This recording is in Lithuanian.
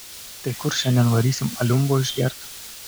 tai kur šiandien varysim aliumbo išgert